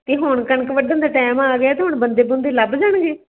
ਅਤੇ ਹੁਣ ਕਣਕ ਵੱਢਣ ਦਾ ਟਾਈਮ ਆ ਗਿਆ ਤਾਂ ਹੁਣ ਬੰਦੇ ਬੁੰਦੇ ਲੱਭ ਜਾਣਗੇ